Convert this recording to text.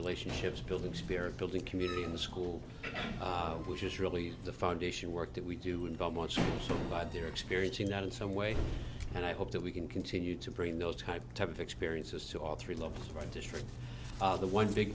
relationships building spirit building community in the school which is really the foundation work that we do and don't want to buy they're experiencing that in some way and i hope that we can continue to bring those type of experiences to all three love my district the one big